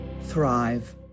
thrive